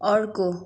अर्को